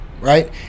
right